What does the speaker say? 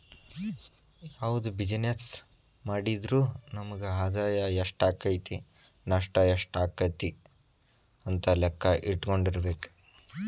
ಯಾವ್ದ ಬಿಜಿನೆಸ್ಸ್ ಮಾಡಿದ್ರು ನಮಗ ಆದಾಯಾ ಎಷ್ಟಾಕ್ಕತಿ ನಷ್ಟ ಯೆಷ್ಟಾಕ್ಕತಿ ಅಂತ್ ಲೆಕ್ಕಾ ಇಟ್ಕೊಂಡಿರ್ಬೆಕು